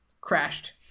crashed